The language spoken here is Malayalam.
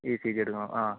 ഈ സി ജി എടുക്കണം ആ